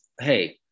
hey